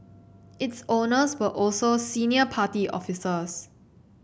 its owners were also senior party officers